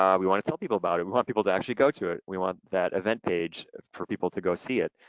um we wanna tell people about it. we want people to actually go to it. we want that event page for people to go see it.